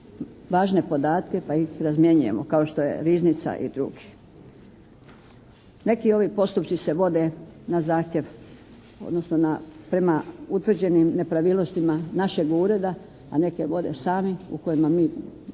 važne podatke pa ih razmjenjujemo kao što je riznica i drugi. Neki ovi postupci se vode na zahtjev, odnosno prema utvrđenim nepravilnostima našeg ureda, a neke vode sami u kojima mi doprinosimo